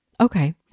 Okay